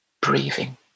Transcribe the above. breathing